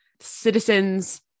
citizens